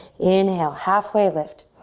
inhale, halfway lift.